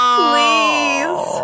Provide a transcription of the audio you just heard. please